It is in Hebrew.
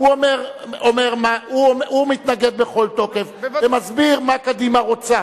הוא מתנגד בכל תוקף ומסביר מה קדימה רוצה.